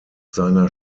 seiner